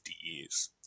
years